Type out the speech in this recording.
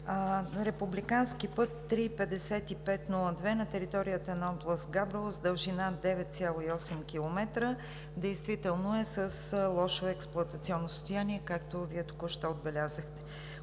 републикански път III-5502 на територията на област Габрово с дължина 9,8 км действително е с лошо експлоатационно състояние, както Вие току-що отбелязахте,